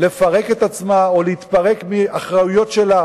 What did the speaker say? לפרק את עצמה או להתפרק מהאחריויות שלה